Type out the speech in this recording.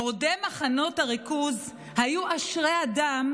מורדי מחנות הריכוז היו מאושרים באדם,